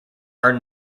are